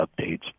updates